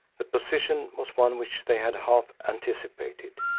the position was one which they had half anticipated.